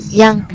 yang